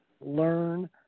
Learn